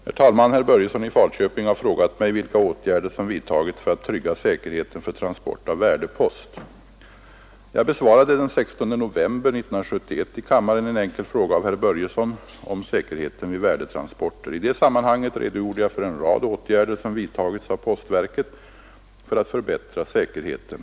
Herr talman! Herr Börjesson i Falköping har frågat mig vilka åtgärder som vidtagits för att trygga säkerheten för transport av värdepost. Jag besvarade den 16 november 1971 i kammaren en enkel fråga av herr Börjesson om säkerheten vid värdetransporter. I det sammanhanget redogjorde jag för en rad åtgärder som vidtagits av postverket för att förbättra säkerheten.